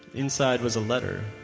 inside was a letter.